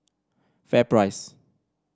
FairPrice